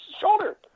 shoulder